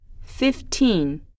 fifteen